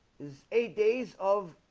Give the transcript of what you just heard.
is eight days of?